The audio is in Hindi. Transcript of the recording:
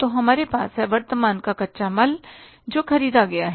तो हमारे पास है वर्तमान का कच्चा माल जो ख़रीदा गया है